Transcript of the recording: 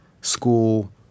school